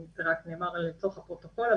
זה רק נאמר לצורך הפרוטוקול,